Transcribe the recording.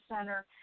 center